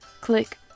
click